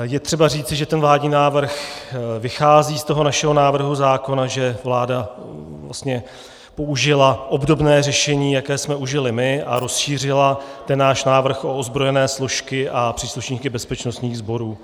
Je třeba říci, že ten vládní návrh vychází z našeho návrhu zákona, že vláda vlastně použila obdobné řešení, jaké jsme užili my, a rozšířila náš návrh o ozbrojené složky a příslušníky bezpečnostních sborů.